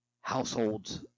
households